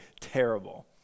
terrible